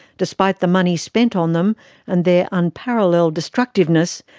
despite the money spent on them and their unparalleled destructiveness,